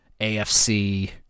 AFC